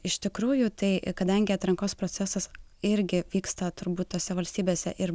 iš tikrųjų tai kadangi atrankos procesas irgi vyksta turbūt tose valstybėse ir